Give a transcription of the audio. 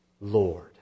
Lord